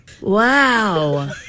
wow